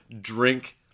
Drink